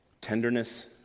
tenderness